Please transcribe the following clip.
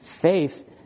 faith